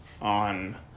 on